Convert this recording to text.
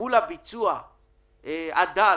מול הביצוע הדל